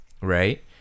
Right